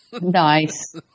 Nice